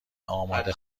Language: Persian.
آماده